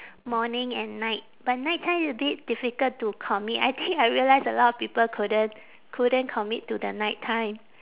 morning and night but night time is a bit difficult to commit I think I realise a lot of people couldn't couldn't commit to the night time